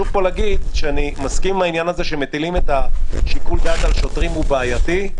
אני מסכים על זה שהטלת שיקול דעת על שוטרים הוא בעייתי,